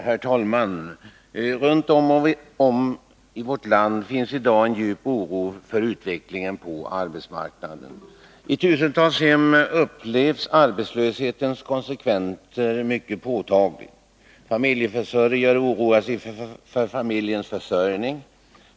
Herr talman! Runt om i vårt land finns i dag en djup oro för utvecklingen på arbetsmarknaden. I tusentals hem upplevs arbetslöshetens konsekvenser mycket påtagligt. Familjeförsörjare oroar sig för familjens försörjning.